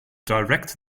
direct